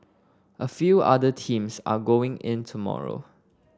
a few other teams are going in tomorrow